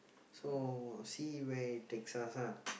so see where it takes us ah